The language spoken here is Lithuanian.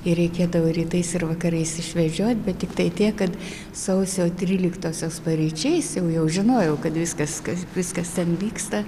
ir reikėdavo rytais ir vakarais išvedžiot bet tiktai tiek kad sausio tryliktosios paryčiais jau jau žinojau kad viskas kas viskas ten vyksta